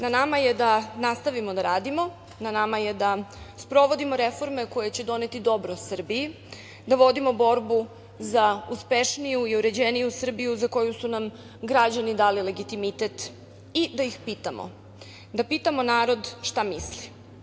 Na nama je da nastavimo da radimo, da sprovodimo reforme koje će doneti dobro Srbiji, da vodimo borbu za uspešniju i uređeniju Srbiju za koju su nam građani dali legitimitet i da ih pitamo, da pitamo narod šta misli.